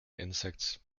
insects